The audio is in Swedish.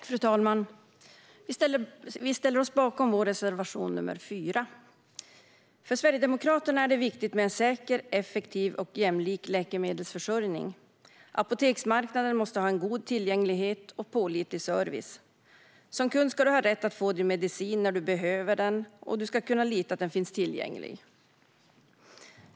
Fru talman! Jag yrkar bifall till vår reservation nr 4. För Sverigedemokraterna är det viktigt med en säker, effektiv och jämlik läkemedelsförsörjning. Apoteksmarknaden måste ha god tillgänglighet och pålitlig service. Som kund ska du ha rätt att få din medicin när du behöver den, och du ska kunna lita på att den finns tillgänglig.